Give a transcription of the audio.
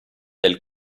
del